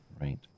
right